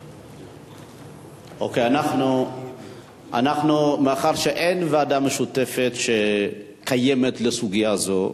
אוקיי, מאחר שאין ועדה משותפת שקיימת לסוגיה זו,